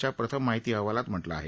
च्या प्रथम माहिती अहवालात म्हटलं आहे